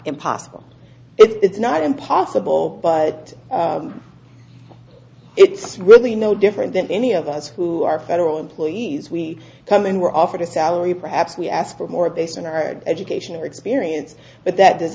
impossible it's not impossible but it's really no different than any of us who are federal employees we come in we're offered a salary perhaps we ask for more based on our education or experience but that does